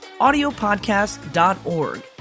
audiopodcast.org